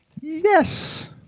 yes